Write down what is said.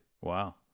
Wow